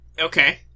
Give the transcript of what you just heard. Okay